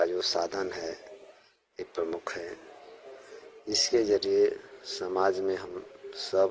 का जो साधन है ये प्रमुख हैं इनके ज़रिए समाज में हम सब